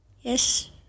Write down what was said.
Yes